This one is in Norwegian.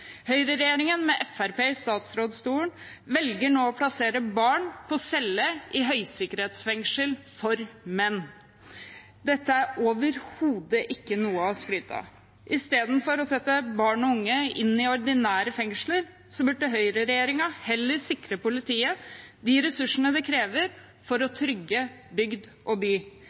Høyreregjeringen med Fremskrittspartiet i statsrådsstolen velger nå å plassere barn på celler i høysikkerhetsfengsler for menn. Dette er overhodet ikke noe å skryte av. Istedenfor å sette barn og unge inn i ordinære fengsler burde høyreregjeringen sikre politiet de ressursene det krever, for å trygge bygd og by.